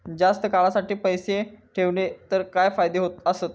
जास्त काळासाठी पैसे ठेवले तर काय फायदे आसत?